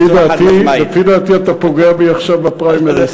לפי דעתי, אתה פוגע בי עכשיו בפריימריז.